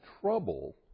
trouble